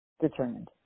determined